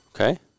Okay